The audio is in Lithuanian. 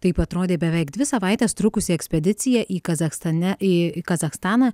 taip atrodė beveik dvi savaites trukusi ekspedicija į kazachstane į kazachstaną